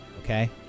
Okay